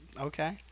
Okay